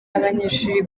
abanyeshuri